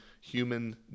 human